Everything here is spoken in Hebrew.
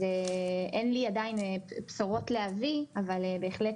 אני פותחת